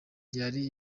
byari